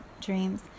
dreams